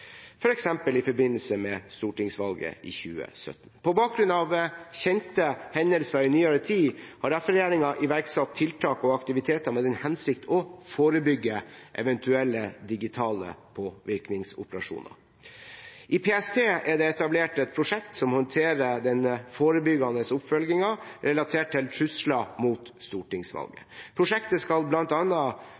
i forbindelse med stortingsvalget i 2017. På bakgrunn av kjente hendelser i nyere tid har derfor regjeringen iverksatt tiltak og aktiviteter i den hensikt å forebygge eventuelle digitale påvirkningsoperasjoner. I PST er det etablert et prosjekt som håndterer denne forebyggende oppfølgingen relatert til trusler mot stortingsvalg. Prosjektet skal